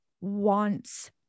wants